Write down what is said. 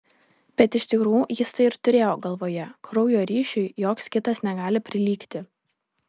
bet iš tikrųjų jis tai ir turėjo galvoje kraujo ryšiui joks kitas negali prilygti